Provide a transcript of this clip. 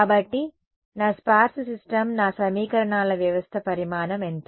కాబట్టి నా sparse system నా సమీకరణాల వ్యవస్థ పరిమాణం ఎంత